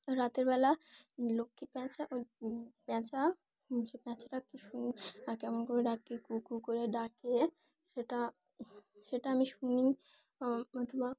রাতের বেলা লক্ষ্মী প্যাঁচা ওই পেঁচা সে প্যাঁচাটা কি সুন্দর কেমন করে ডাকে কু কু করে ডাকে সেটা সেটা আমি শুনি অথবা